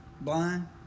blind